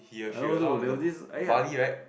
I don't know also there was this I think I